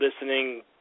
listening